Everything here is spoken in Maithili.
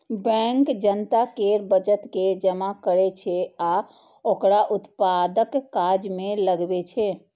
बैंक जनता केर बचत के जमा करै छै आ ओकरा उत्पादक काज मे लगबै छै